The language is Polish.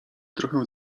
trochę